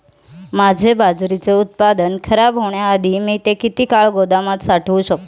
माझे बाजरीचे उत्पादन खराब होण्याआधी मी ते किती काळ गोदामात साठवू शकतो?